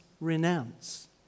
renounce